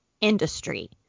industry